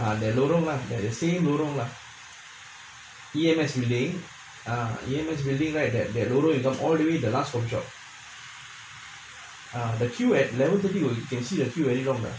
ah their lorong lah the same lorong lah yemen's building ah yemen's building right that their lorong all the way to the last shop ya you can see the queue very long lah